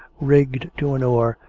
rigged to an oar,